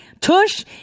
tush